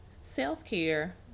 self-care